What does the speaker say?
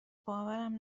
باورم